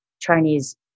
Chinese